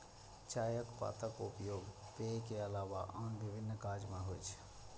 चायक पातक उपयोग पेय के अलावा आन विभिन्न काज मे होइ छै